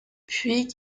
puig